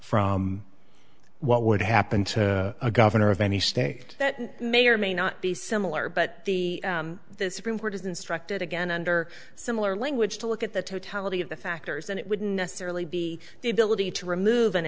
from what would happen to a governor of any state that may or may not be similar but the the supreme court is instructed again under similar language to look at the totality of the factors and it would necessarily be the ability to remove an